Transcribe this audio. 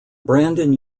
brandon